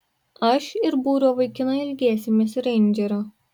aš ir būrio vaikinai ilgėsimės reindžerio